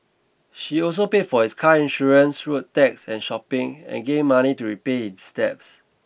she also paid for his car insurance road tax and shopping and gave money to repay his debts